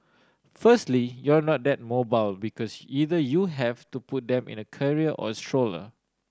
firstly you're not that mobile because either you have to put them in a carrier or a stroller